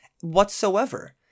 whatsoever